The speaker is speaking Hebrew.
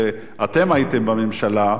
שאתם הייתם בממשלה,